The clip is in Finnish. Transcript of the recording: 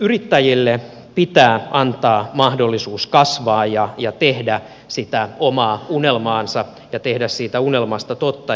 yrittäjille pitää antaa mahdollisuus kasvaa ja tehdä sitä omaa unelmaansa ja tehdä siitä unelmasta totta